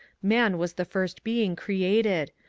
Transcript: man was the first being created.